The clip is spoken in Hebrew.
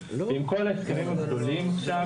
ועם כל ההסכמים הגדולים עכשיו,